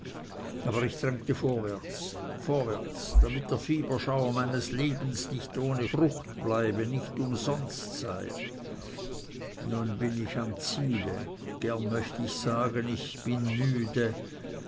aber ich drängte vorwärts vorwärts damit der fieberschauer meine leben nicht ohne frucht bleibe nicht umsonst sei nun bin ich am ziele und gern möcht ich sagen ich bin müde